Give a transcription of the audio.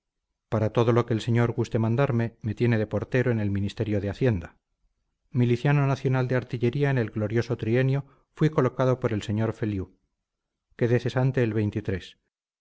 para todo lo que el señor guste mandarme me tiene de portero en el ministerio de hacienda miliciano nacional de artillería en el glorioso trienio fui colocado por el señor feliu quedé cesante el